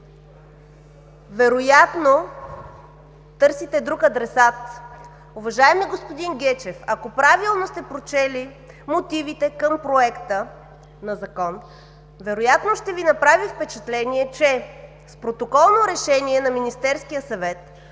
Вероятно търсите друг адресат?! Уважаеми господин Гечев, ако правилно сте прочели мотивите към Проекта на Закон, вероятно ще Ви направи впечатление, че с Протоколно решение на Министерския съвет,